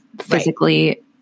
physically